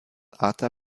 arthur